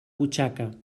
butxaca